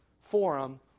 forum